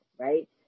right